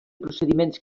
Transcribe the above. procediments